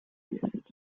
gift